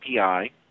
API